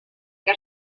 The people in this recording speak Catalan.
que